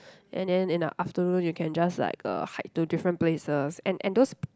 and then in the afternoon you can just like uh hike to different places and and those